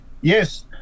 Yes